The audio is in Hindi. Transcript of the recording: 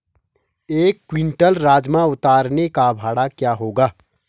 एक क्विंटल राजमा उतारने का भाड़ा क्या होगा?